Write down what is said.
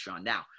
Now